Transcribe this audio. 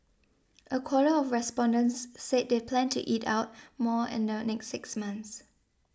a quarter of respondents said they plan to eat out more in the next six months